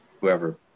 whoever